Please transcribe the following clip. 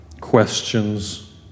questions